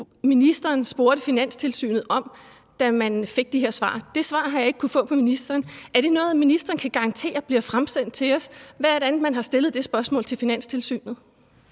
ministeren spurgte Finanstilsynet om, da man fik de her svar? Det svar har jeg ikke kunnet få fra ministeren. Er det noget, ministeren kan garantere bliver fremsendt til os, altså hvad det er for et spørgsmål, man har stillet til Finanstilsynet?